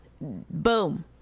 boom